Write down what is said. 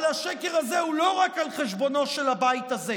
אבל השקר הזה הוא לא רק על חשבונו של הבית הזה,